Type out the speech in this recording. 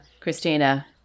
Christina